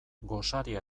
gosaria